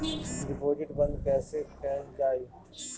Deposit बंद कैसे कैल जाइ?